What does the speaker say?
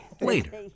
Later